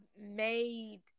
made